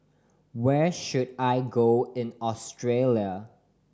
where should I go in Australia